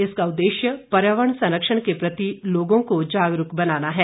इसका उद्देश्य पर्यावरण संरक्षण के प्रति लोगों को जागरूक बनाना है